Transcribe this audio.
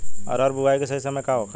अरहर बुआई के सही समय का होखे?